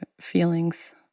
feelings